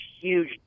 huge